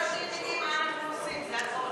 רק שתדעי מה אנחנו עושים, זה הכול.